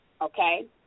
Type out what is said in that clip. okay